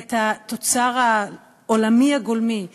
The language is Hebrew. את התוצר העולמי הגולמי ב-30%,